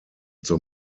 zur